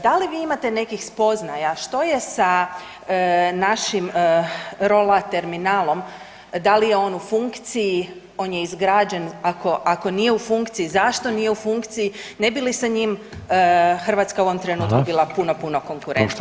Da li vi imate nekih spoznaja što je sa našim rola terminalom, da li je on u funkciji, on je izgrađen, ako nije u funkciji zašto nije u funkciji, ne bi li sa njim Hrvatska u ovom trenutku bila puno, puno konkurentnija?